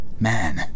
Man